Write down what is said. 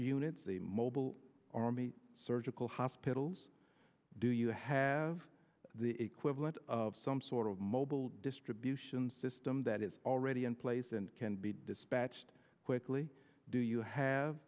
units the mobile army surgical hospitals do you have the equivalent of some sort of mobile distribution system that is already in place and can be dispatched quickly do you have